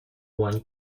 one